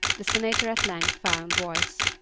the senator at length found voice.